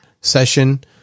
session